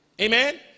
amen